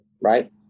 right